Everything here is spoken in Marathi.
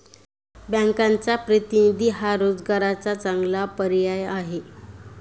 बँकचा प्रतिनिधी हा रोजगाराचा चांगला पर्याय आहे